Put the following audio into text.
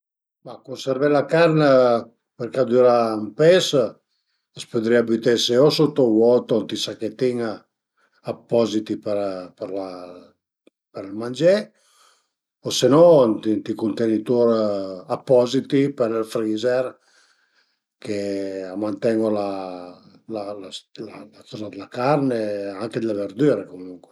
Ma cunservé la carn, përché a düra ën pes a s'pudrìa büté o sottovuoto ënt i sachëtin appositi për për la për ël mangè o se no ënt i cuntenitur appositi për ël freezer che a manten-u la la coza d'la carn e anche d'le verdüre comuncue